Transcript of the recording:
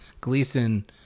Gleason